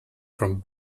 from